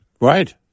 Right